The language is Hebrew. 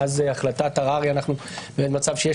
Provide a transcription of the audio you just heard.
מאז החלטת הררי מקובל,